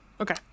Okay